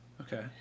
Okay